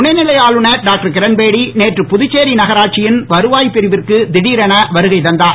துணைநிலை ஆளுநர் டாக்டர் கிரண்பேடி நேற்று புதுச்சேரி நகராட்சியின் வருவாய் பிரிவிற்கு திடிரென வருகை தந்தார்